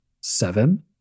seven